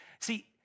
See